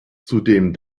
zudem